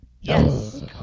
Yes